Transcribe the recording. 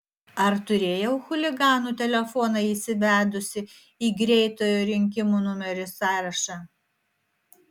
ar turėjau chuliganų telefoną įsivedusi į greitojo rinkimo numerių sąrašą